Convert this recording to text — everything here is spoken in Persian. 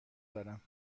دارم